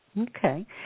Okay